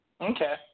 Okay